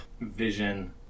vision